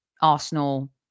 Arsenal